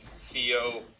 CEO